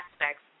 aspects